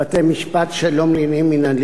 (בתי-משפט שלום לעניינים מינהליים),